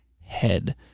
head